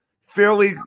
fairly